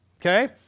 Okay